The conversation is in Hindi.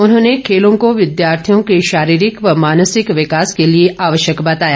उन्होंने खेलों को विद्यार्थियों के शारीरिक और मानसिक विकास के लिए आवश्यक बताया